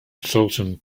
sultan